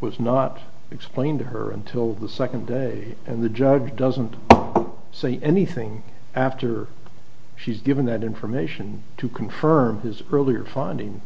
was not explained to her until the second day and the judge doesn't see anything after she's given that information to confirm his earlier finding